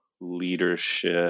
leadership